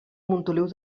montoliu